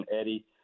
Eddie